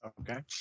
Okay